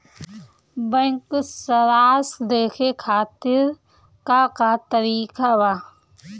Bank सराश देखे खातिर का का तरीका बा?